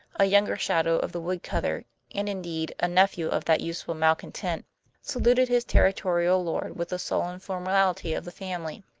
a younger shadow of the woodcutter and, indeed, a nephew of that useful malcontent saluted his territorial lord with the sullen formality of the family.